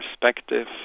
perspective